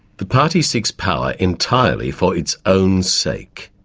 the party seeks power entirely for its own sake.